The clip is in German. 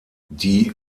die